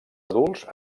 adults